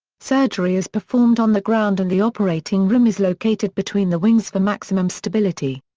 surgery is performed on the ground and the operating room is located between the wings for maximum stability.